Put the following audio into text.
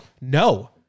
No